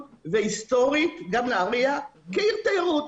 - והיסטורית גם נהריה כעיר תיירות.